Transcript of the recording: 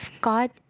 God